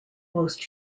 most